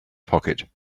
pocket